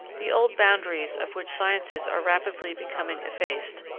the old boundaries of which sciences are rapidly becoming effaced,